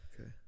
okay